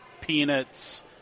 peanuts